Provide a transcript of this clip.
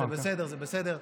זה בסדר, זה בסדר.